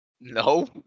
No